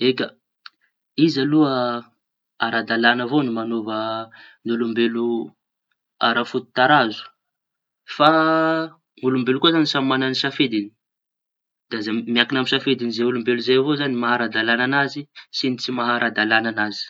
Eka, izy aloha ara-dalaña avao ny mañova olombelo ara-fototarazo. Fa olombelo koa zañy samy maña safidiñy da zay miankiña amy safidin'olombelo ny maha ara-dalaña anazy sy ny tsy maha ara-dalaña añazy.